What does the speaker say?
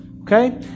Okay